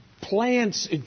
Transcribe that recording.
plants